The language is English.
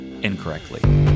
incorrectly